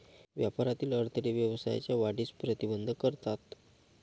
व्यापारातील अडथळे व्यवसायाच्या वाढीस प्रतिबंध करतात